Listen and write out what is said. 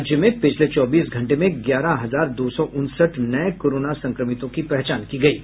राज्य में पिछले चौबीस घंटे में ग्यारह हजार दो सौ उनसठ नए कोरोना संक्रमितों की पहचान हुई है